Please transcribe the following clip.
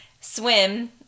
swim